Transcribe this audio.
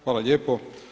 Hvala lijepo.